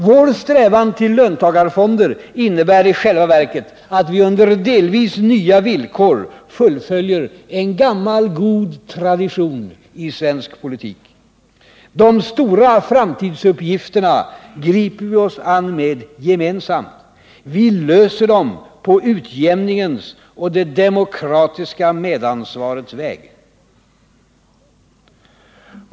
Vår strävan till löntagarfonder innebär i själva verket att vi under delvis nya villkor fullföljer en gammal god tradition i svensk politik: De stora framtidsuppgifterna griper vi oss an gemensamt. Vi löser dem på utjämningens och det demokratiska medansvarets väg.